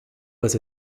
was